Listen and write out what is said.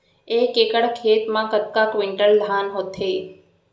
एक एकड़ खेत मा कतका क्विंटल धान होथे?